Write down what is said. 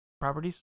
Properties